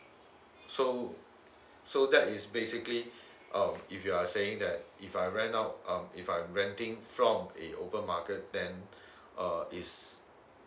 so so that is basically uh if you are saying that if I rent out um if I'm renting from open market then uh is